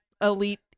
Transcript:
elite